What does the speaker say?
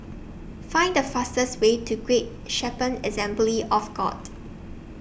Find The fastest Way to Great Shepherd Assembly of God